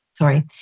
Sorry